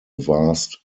vast